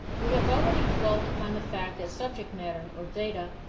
we have already dwelt upon the fact that subject matter, or data,